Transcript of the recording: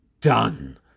done